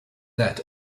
that